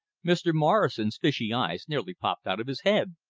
mr. morrison's fishy eyes nearly popped out of his head.